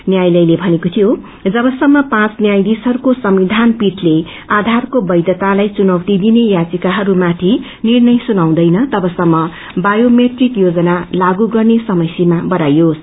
न्यायालयले भनेको थियो जबसम्म पाँच न्यायाधिशहरूको संविधान पीठले आधारको वैषतालाई चुनौती दिने याविकाहरू माथि निर्णय सुनाउदैन तगसम्म बायोमेट्रिक योजना लागू गर्ने समयसीमा बढ़ाइयोस